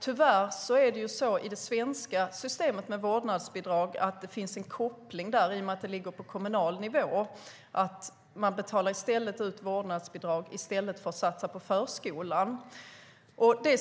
Tyvärr finns det i det svenska systemet för vårdnadsbidrag en koppling där, i och med att det ligger på kommunal nivå, så att man betalar ut vårdnadsbidrag i stället för att satsa på förskolan.